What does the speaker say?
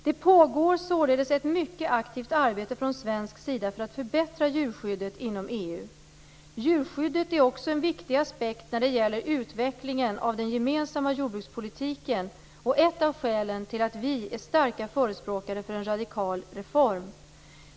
Det pågår således ett mycket aktivt arbete från svensk sida för att förbättra djurskyddet inom EU. Djurskyddet är också en viktig aspekt när det gäller utvecklingen av den gemensamma jordbrukspolitiken och ett av skälen till att vi är starka förespråkare för en radikal reform.